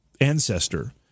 ancestor